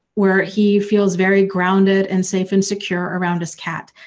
where he feels very grounded and safe and secure around his cat.